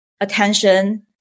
attention